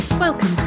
Welcome